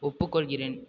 ஒப்புக்கொள்கிறேன்